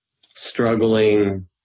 struggling